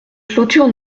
clôtures